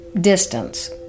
distance